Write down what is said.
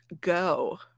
go